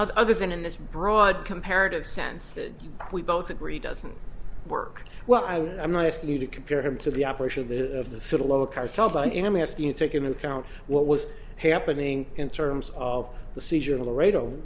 other than in this broad comparative sense that we both agree doesn't work well i'm not asking you to compare him to the operation of the of the civil law cartel but i am asking you take into account what was happening in terms of the seizure